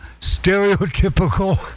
stereotypical